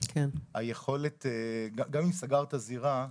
גם אם סגרת זירה,